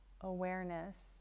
awareness